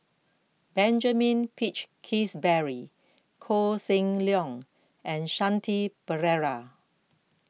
Benjamin Peach Keasberry Koh Seng Leong and Shanti Pereira